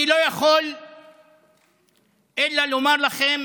אני לא יכול אלא לומר לכם